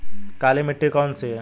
काली मिट्टी कौन सी है?